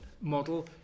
model